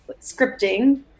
scripting